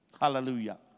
Hallelujah